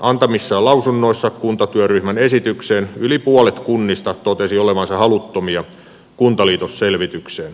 antamissaan lausunnoissa kuntatyöryhmän esitykseen yli puolet kunnista totesi olevansa haluttomia kuntaliitosselvitykseen